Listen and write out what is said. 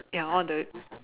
ya all the